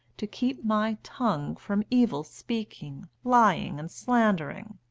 to keep my tongue from evil-speaking, lying, and slandering.